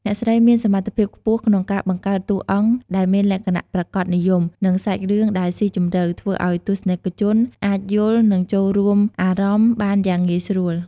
អ្នកស្រីមានសមត្ថភាពខ្ពស់ក្នុងការបង្កើតតួអង្គដែលមានលក្ខណៈប្រាកដនិយម និងសាច់រឿងដែលស៊ីជម្រៅ ធ្វើឱ្យទស្សនិកជនអាចយល់ និងចូលរួមអារម្មណ៍បានយ៉ាងងាយស្រួល។